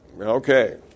Okay